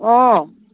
অঁ